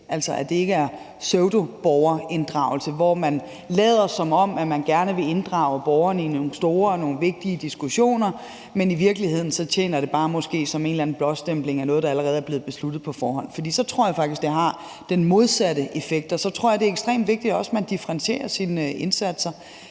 altså ikke pseudoborgerinddragelse, hvor man lader, som om man gerne vil inddrage borgerne i nogle store og vigtige diskussioner, og hvor det så i virkeligheden måske bare tjener som en eller anden blåstempling af noget, der allerede er blevet besluttet på forhånd. For så tror jeg faktisk, det har den modsatte effekt. Så tror jeg også, det er ekstremt vigtigt, at man differentierer sine indsatser.